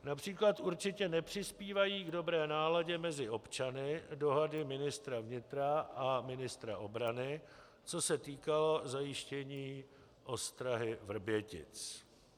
Například určitě nepřispívají k dobré náladě mezi občany dohady ministra vnitra a ministra obrany, co se týkalo zajištění ostrahy Vrbětic.